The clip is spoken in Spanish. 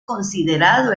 considerado